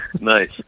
Nice